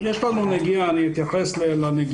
יש לנו נגיעה, אני אתייחס אליה.